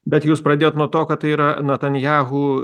bet jūs pradėjot nuo to kad tai yra natanjahu